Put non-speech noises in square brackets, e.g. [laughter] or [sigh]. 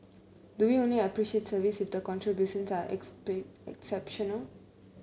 do we only appreciate service if the contributions are [unintelligible] exceptional